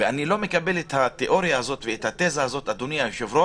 ואני לא מקבל את התאוריה ואת התזה שהכנסת